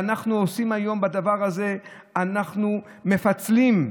והיום בדבר הזה אנחנו מפצלים,